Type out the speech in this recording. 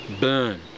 burn